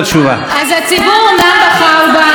את הבחירות אתם עוד לא מבקשים לבטל,